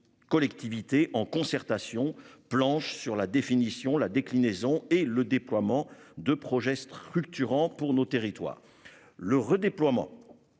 collectivités en concertation planche sur la définition, la déclinaison et le déploiement de projets structurants pour nos territoires le redéploiement.--